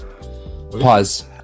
Pause